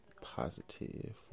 positive